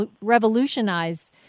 revolutionized